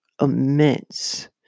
immense